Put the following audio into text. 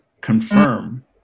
confirm